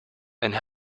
and